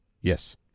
Yes